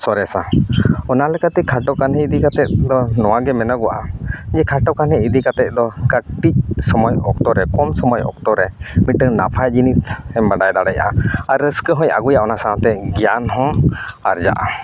ᱥᱚᱨᱮᱥᱟ ᱚᱱᱟᱞᱮᱠᱟᱛᱮ ᱠᱷᱟᱴᱚ ᱠᱟᱹᱱᱦᱤ ᱤᱫᱤ ᱠᱟᱛᱮ ᱫᱚ ᱱᱚᱣᱟ ᱜᱮ ᱢᱮᱱᱚᱜᱼᱟ ᱡᱮ ᱠᱷᱟᱴᱚ ᱠᱟᱹᱱᱦᱤ ᱤᱫᱤ ᱠᱟᱛᱮ ᱫᱚ ᱠᱟᱹᱴᱤᱡ ᱥᱚᱢᱚᱭ ᱚᱠᱛᱚ ᱨᱮ ᱠᱚᱢ ᱥᱚᱢᱚᱭ ᱚᱠᱛᱚ ᱨᱮ ᱢᱤᱫᱴᱟᱝ ᱱᱟᱯᱟᱭ ᱡᱤᱱᱤᱥ ᱮᱢ ᱵᱟᱰᱟᱭ ᱫᱟᱲᱮᱭᱟᱜᱼᱟ ᱟᱨ ᱨᱟᱹᱥᱠᱟᱹ ᱦᱚᱸᱭ ᱟᱹᱜᱩᱭᱟ ᱚᱱᱟ ᱥᱟᱶᱛᱮ ᱜᱮᱭᱟᱱ ᱦᱚᱸ ᱟᱨᱡᱟᱜᱼᱟ